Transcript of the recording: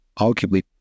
arguably